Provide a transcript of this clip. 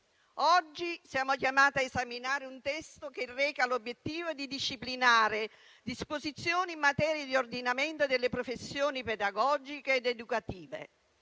Oggi siamo chiamati a esaminare un testo che reca l'obiettivo di disciplinare disposizioni in materia di ordinamento delle professioni pedagogiche ed educative,